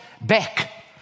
back